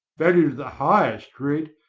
valued at the highest rate,